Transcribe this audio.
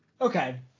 Okay